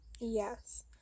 Yes